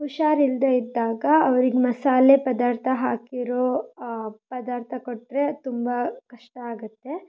ಹುಷಾರಿಲ್ಲದೆ ಇದ್ದಾಗ ಅವ್ರಿಗೆ ಮಸಾಲೆ ಪದಾರ್ಥ ಹಾಕಿರೋ ಪದಾರ್ಥ ಕೊಟ್ಟರೆ ತುಂಬ ಕಷ್ಟ ಆಗುತ್ತೆ